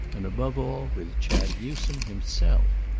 and above all with chad newsome himself.